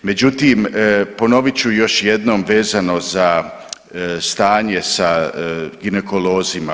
Međutim, ponovit ću još jednom vezano za stanje sa ginekolozima.